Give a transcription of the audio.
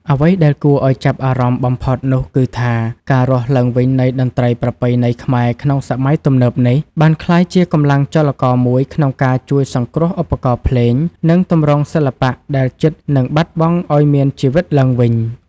អ្វីដែលគួរឱ្យចាប់អារម្មណ៍បំផុតនោះគឺថា ការរស់ឡើងវិញនៃតន្ត្រីប្រពៃណីខ្មែរក្នុងសម័យទំនើបនេះ បានក្លាយជាកម្លាំងចលករមួយក្នុងការជួយសង្គ្រោះឧបករណ៍ភ្លេង និងទម្រង់សិល្បៈដែលជិតនឹងបាត់បង់ឱ្យមានជីវិតឡើងវិញ។